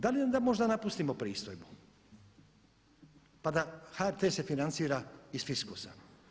Da li da onda možda napustimo pristojbu pa da HRT se financira iz fiskusa?